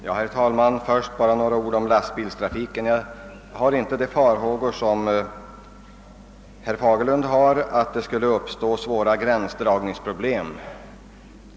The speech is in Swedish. Herr talman! Beträffande lastbilstrafiken delar jag inte herr Fagerlunds farhågor att svåra gränsdragningsproblem skulle uppstå.